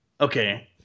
Okay